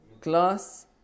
class